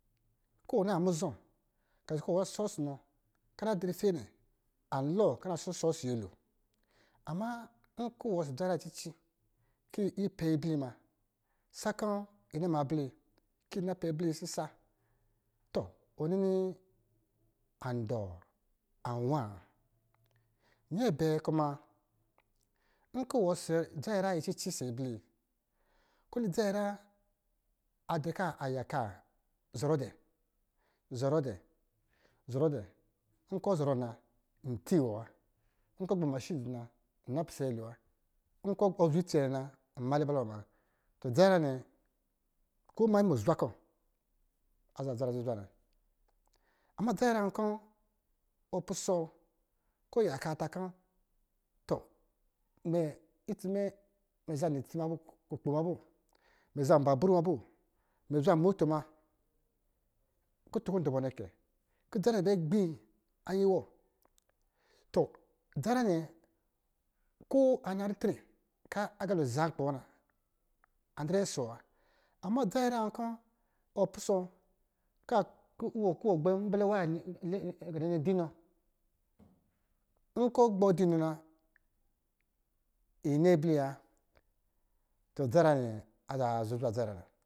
Ko wɔ na muzɔ karisi kɔ̄ wɔ na sɔ ɔsɔ nɔ ka na drɛ ife nnɛ alo ka na shushɔ ɔsɔ̄ nyɛlo ama nkɔ̄ wɔ ɔsɔ̄ dza nyɛnyra wɔ yi cici kɔ̄ yi pɛyi ablɛ yi na sakɔ̄ yi na ma ablɛ yi kɔ̄ yi napɛ ablɛ sisa to unini an waa wa, nyɛ abɛɛ nkɔ̄ wɔ ɔsɔ̄ dzanyɛnyra yi cici ɔsɔ̄ ablɛ yi, kɔ̄ dza nyɛnyra adrɛ kɔ̄ ayinka zɔrɔ-zɔrɔ dɛ, nkɔ̄ ɔ zɔrɔ na ntɔ iwɔ wa, nkɔ̄ ɔ gbaa ma mashine dɔ̄ na nna pisɛ nyɛ lo wa, nkɔ̄ azwe nwa nnɛ na nna. lubala nyɛlo wa dzanyɛ nyra nnɛ ko manyi muzwa kɔ̄ azaa dza nyɛnyra zuzwa na ama dzanyenyra nwa kɔ̄ ɔ pisɔɔ kɔ̄ yaka ta kɔ̄ to mɛ itsi mɛ, mɛ zan nitsi ma moo, mɛ zan babru ma moo, mɛ zan mofo muna, kutu kɔ̄ ndɔ̄ bɔ nnɛ kɛ kɔ̄ dza nnɛ bɛ gbii yi wɔ to dzanyanra nnɛ ko ana ritre kɔ̄ a agalo zaa nkpi wɔ na an drɛ ɔsɔ̄ wɔ wa. Ama wɔ dzanyɛnra nwa kɔ̄ ɔ, pisɔɔ gbɛ nga nga nnɛ nnɛ dɔ inɔ, nkɔ̄ gbɛɛ dɔɔ inɔ na yi lɛ ablɛ yi wa dza nyɛnyra nnɛ azaa dza nyɛnyra zuzwa na.